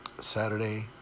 Saturday